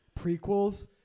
prequels